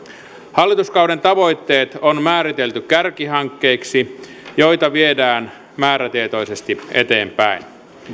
hallituskauden tavoitteet on määritelty kärkihankkeiksi joita viedään määrätietoisesti eteenpäin